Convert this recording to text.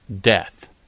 death